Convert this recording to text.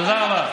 תודה רבה.